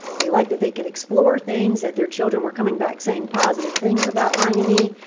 they like that they could explore things, that their children were coming back saying positive things about i and e.